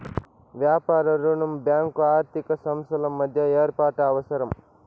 వ్యాపార రుణం బ్యాంకు ఆర్థిక సంస్థల మధ్య ఏర్పాటు అవసరం